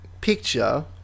picture